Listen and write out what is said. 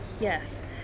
yes